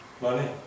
Money